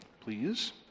Please